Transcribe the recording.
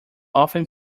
often